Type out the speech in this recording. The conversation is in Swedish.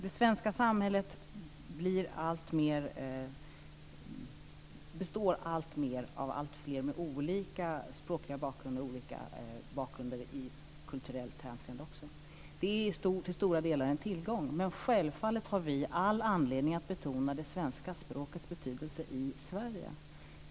Det svenska samhället består alltmer av alltfler människor med olika språkliga bakgrunder och olika bakgrunder också i kulturellt hänseende. Det är till stora delar en tillgång, men självfallet har vi all anledning att betona det svenska språkets betydelse i Sverige.